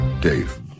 Dave